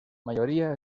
mayoría